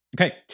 Okay